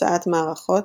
הוצאת מערכות,